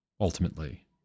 ultimately